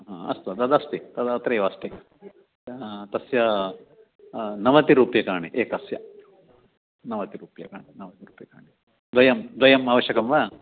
अस्तु तदस्ति तत् अत्रैव अस्ति तस्य नवतिरूप्यकाणि एकस्य नवतिरूप्यकाणि नवतिरूप्यकाणि द्वयं द्वयम् आवश्यकं वा